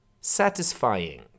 satisfying